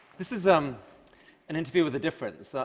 this is um an interview with a difference.